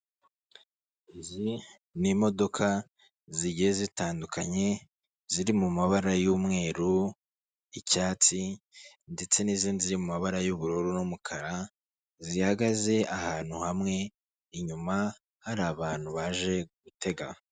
Izi ni imodoka zigiye zitandukanye ziri mu mabara y'umweru, icyatsi ndetse n'izindi ziri mu mabara y'ubururu n'umukara zihagaze ahantu hamwe, inyuma hari abantu baje gutega.